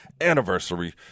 anniversary